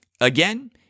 Again